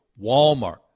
Walmart